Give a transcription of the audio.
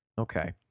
Okay